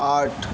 आठ